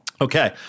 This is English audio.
Okay